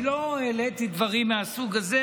אני לא העליתי דברים מהסוג הזה,